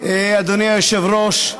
אדוני היושב-ראש,